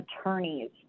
attorneys